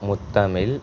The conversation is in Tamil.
முத்தமிழ்